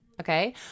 okay